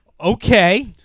Okay